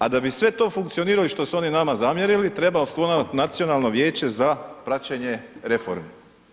A da bi sve to funkcioniralo što su oni nama zamjerili treba osnovat nacionalno vijeće za praćenje reformi.